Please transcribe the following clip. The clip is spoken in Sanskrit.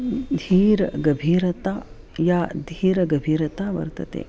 धीरगभीरता या धीरगभीरता वर्तते